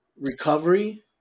recovery